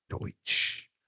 Deutsch